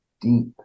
deep